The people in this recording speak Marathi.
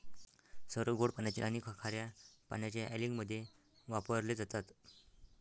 सर्व गोड पाण्यातील आणि खार्या पाण्याच्या अँलिंगमध्ये वापरले जातात